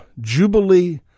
Jubilee